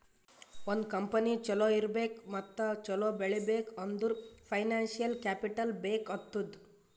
ಒಂದ್ ಕಂಪನಿ ಛಲೋ ಇರ್ಬೇಕ್ ಮತ್ತ ಛಲೋ ಬೆಳೀಬೇಕ್ ಅಂದುರ್ ಫೈನಾನ್ಸಿಯಲ್ ಕ್ಯಾಪಿಟಲ್ ಬೇಕ್ ಆತ್ತುದ್